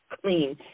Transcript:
clean